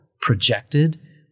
projected